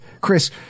chris